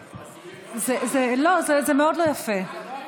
זה מאוד לא יפה, זה לא הקלטה.